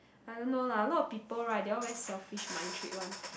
I don't know lah a lot of people right they all very selfish mind trick one